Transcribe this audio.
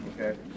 okay